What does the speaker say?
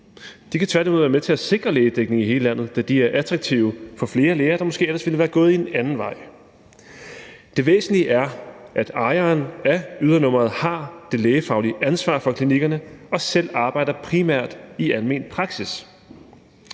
De kan tværtimod være med til at sikre lægedækning i hele landet, da de er attraktive for flere læger, der måske ellers ville være gået en anden vej. Det væsentlige er, at ejeren af ydernummeret har det lægefaglige ansvar for klinikkerne og selv arbejder primært i almen praksis.